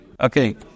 Okay